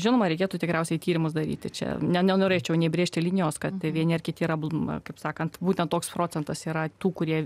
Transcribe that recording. žinoma reikėtų tikriausiai tyrimus daryti čia nenorėčiau nei brėžti linijos kad vieni ar kiti yra kaip sakant būtent toks procentas yra tų kurie